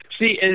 See